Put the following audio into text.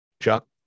Chuck